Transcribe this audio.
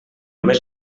més